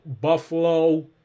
Buffalo